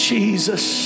Jesus